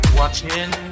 watching